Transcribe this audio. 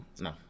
no